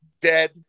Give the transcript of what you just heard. dead